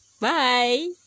bye